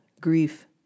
Grief